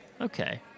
Okay